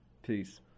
Peace